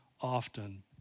often